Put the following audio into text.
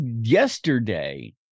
yesterday